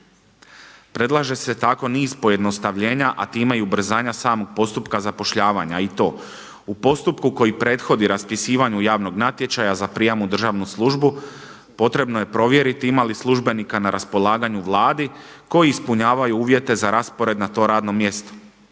Predlaže se tako niz pojednostavljenja a time i ubrzanja samog postupka zapošljavanja i to u postupku koji prethodi raspisivanju javnog natječaja za prijam u državnu službu potrebno je provjeriti ima li službenika na raspolaganju Vladi koji ispunjavaju uvjete za raspored na to radno mjesto.